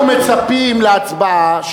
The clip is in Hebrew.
אנחנו מצפים להצבעה,